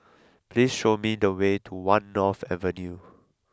please show me the way to One North Avenue